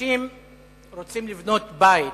אנשים רוצים לבנות בית.